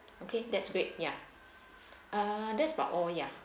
okay that's great yeah err that's about all yeah